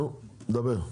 נו, דבר.